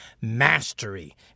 mastery